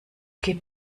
geh